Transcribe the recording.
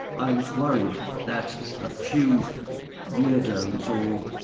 i'm worried that a few weirdoes or,